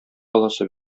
баласы